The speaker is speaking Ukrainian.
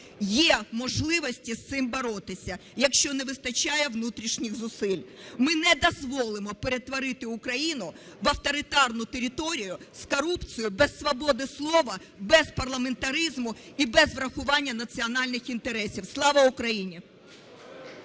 є можливості з цим боротися, якщо не вистачає внутрішніх зусиль. Ми не дозволимо перетворити Україну в авторитарну територію, в корупцію, без свободи слова, без парламентаризму і без врахування національних інтересів. Слава Україні!